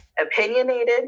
opinionated